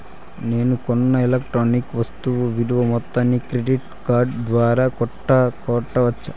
నేను కొన్న ఎలక్ట్రానిక్ వస్తువుల విలువ మొత్తాన్ని క్రెడిట్ కార్డు ద్వారా కట్టొచ్చా?